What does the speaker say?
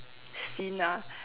seen ah